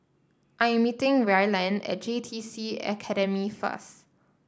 I am meeting Ryland at J T C Academy first